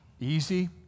easy